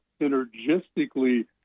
synergistically